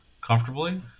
comfortably